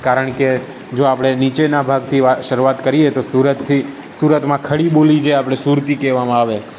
કારણ કે જો આપણે નીચેના ભાગથી શરૂઆત કરીએ તો સુરતથી સુરતમાં ખડી બોલી જે આપણે સુરતી કહેવામાં આવે